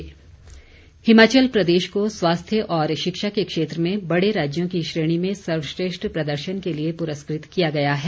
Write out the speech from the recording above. पुरस्कार हिमाचल प्रदेश को स्वास्थ्य और शिक्षा के क्षेत्र में बड़े राज्यों की श्रेणी में सर्वश्रेष्ठ प्रदर्शन के लिए पुरस्कृत किया गया है